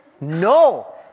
No